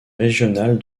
régional